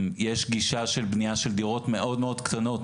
יש גישה של בניית דירות מאוד מאוד קטנות,